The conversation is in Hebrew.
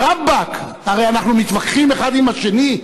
רבאק, הרי אנחנו מתווכחים האחד עם השני.